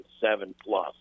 seven-plus